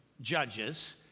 Judges